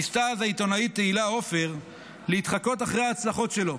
ניסתה אז העיתונאית תהילה עופר להתחקות אחרי ההצלחות שלו: